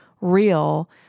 real